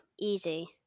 easy